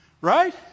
Right